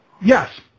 Yes